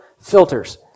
filters